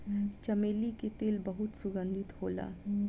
चमेली के तेल बहुत सुगंधित होला